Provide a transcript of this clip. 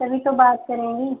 तभी तो बात करेंगी